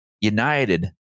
United